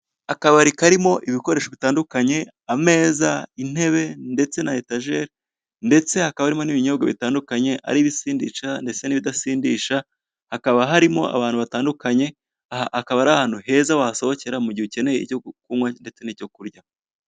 Akabari karimo ibikoresho bitandukanye, ameza, intebe ndetse na etajeri, ndetse hakaba harimo n'ibinyobwa bitandukanye, ari ibisindisha ndetse n'ibidasindisha, hakaba harimo abantu batandukanye, aha akaba ari ahantu heza wasohokera mu gihe ukeneye icyo kunywa ndetse n'icyo kurya.